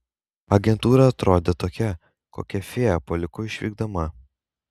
agentūra atrodė tokia kokią fėja paliko išvykdama